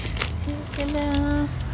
mm can ah